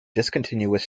discontinuous